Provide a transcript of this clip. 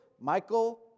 Michael